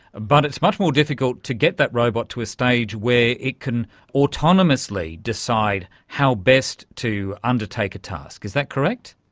but it's much more difficult to get that robot to a stage where it can autonomously decide how best to undertake a task, is that correct?